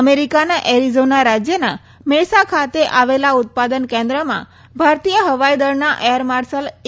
અમેરિકાના એરીઝોના રાજયના મેસા ખાતે આવેલા ઉત્પાદન કેન્દ્રમાં ભારતીય હવાઈ દળના એર માર્સલ એ